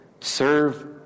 Serve